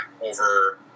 over